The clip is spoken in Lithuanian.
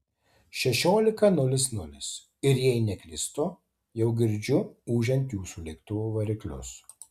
šešiolika nulis nulis ir jei neklystu jau girdžiu ūžiant jūsų lėktuvo variklius